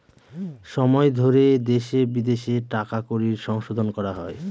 সময় ধরে দেশে বিদেশে টাকা কড়ির সংশোধন করা হয়